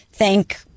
Thank